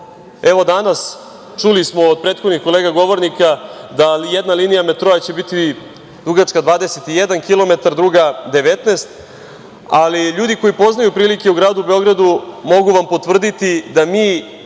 evo, danas čuli smo od prethodnih kolega govornika da će jedna linija metroa biti dugačka 21 kilometar, druga 19, ali ljudi koji poznaju prilike u gradu Beogradu mogu vam potvrditi da mi